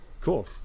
cool